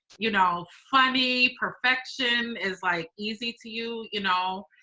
you know funny, perfection is like, easy to you, you know.